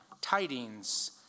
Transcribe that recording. tidings